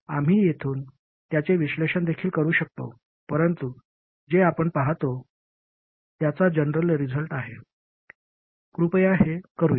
आम्ही येथून त्याचे विश्लेषण देखील करू शकतो परंतु जे आपण पहातो त्याचा जनरल रिझल्ट आहे म्हणून हे करूया